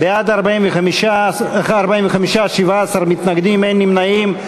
בעד, 45, 17 מתנגדים, אין נמנעים.